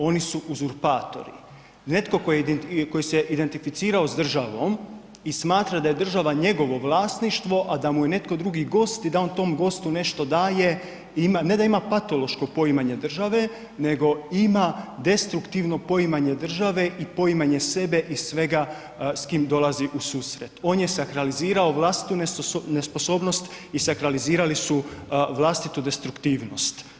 Oni su uzurpatori, netko tko je se identificirao s državom i smatra da je država njegovo vlasništvo, a da mu je netko drugi gost i da on tom gostu nešto daje, ne da ima patološko poimanje države, nego ima destruktivno poimanje države i poimanje sebe i svega s kim dolazi u susret, on je sakralizirao vlastitu nesposobnost i sakralizirali su vlastitu destruktivnost.